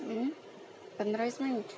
पंधरा वीस मिंट